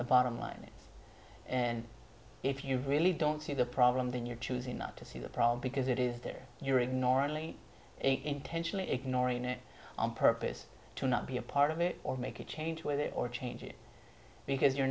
the bottom line is and if you really don't see the problem then you're choosing not to see the problem because it is there you're ignoring lee intentionally ignoring it on purpose to not be a part of it or make a change with it or change it because you're